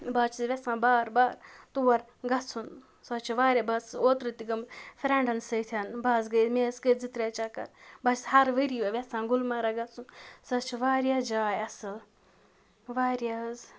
بہٕ حظ چھَس ٮ۪ژھان بار بار تور گَژھُن سُہ حظ چھُ واریاہ بہٕ حظ ٲسٕس اوترٕ تہِ گٔمٕژ فرٛٮ۪نٛڈَن سۭتۍ بہٕ حظ گٔے مےٚ حظ کٔرۍ زٕ ترٛےٚ چَکر بہٕ حظ چھَس ہَر ؤریہِ ٮ۪ژھان گُلمرگ گَژھُن سُہ حظ چھِ واریاہ جاے اَصٕل واریاہ حظ